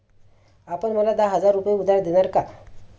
आपण मला दहा हजार रुपये उधार देणार का?